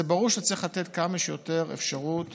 זה ברור שצריך לתת כמה שיותר אפשרויות